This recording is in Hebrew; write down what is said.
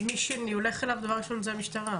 אז מי שהולך אליו דבר ראשון זה המשטרה.